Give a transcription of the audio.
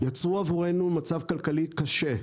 יצרו עבורנו מצב כלכלי קשה.